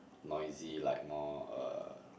noisy like more uh